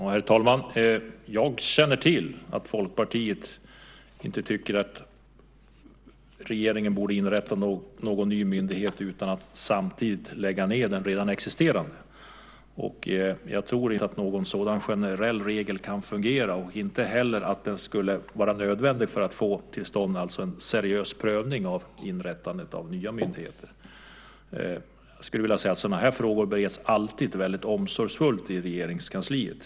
Herr talman! Jag känner till att Folkpartiet inte tycker att regeringen ska inrätta någon ny myndighet utan att samtidigt lägga ned en redan existerande. Jag tror dock inte att en sådan generell regel skulle fungera, och inte heller vara nödvändig, för att få till stånd en seriös prövning av inrättandet av nya myndigheter. Jag skulle vilja säga att sådana frågor alltid bereds mycket omsorgsfullt i Regeringskansliet.